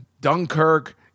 Dunkirk